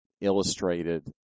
illustrated